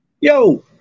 Yo